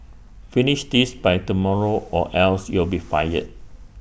finish this by tomorrow or else you'll be fired